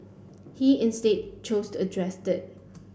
he instead chose to address it